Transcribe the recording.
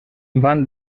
van